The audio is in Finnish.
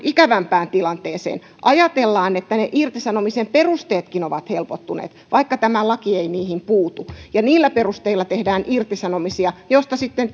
ikävämpään tilanteeseen ajatellaan että ne irtisanomisen perusteetkin ovat helpottuneet vaikka tämä laki ei niihin puutu ja niillä perusteilla tehdään irtisanomisia mistä sitten